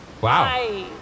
Wow